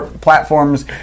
platforms